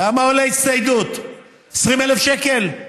כמה עולה הצטיידות, 20,000 שקל?